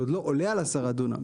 שגודלו עולה על 10 דונם,